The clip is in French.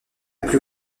plus